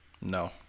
No